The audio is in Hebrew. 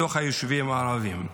בתוך היישובים הערביים.